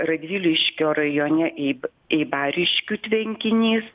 radviliškio rajone i į ibariškių tvenkinys